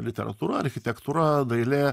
literatūra architektūra dailė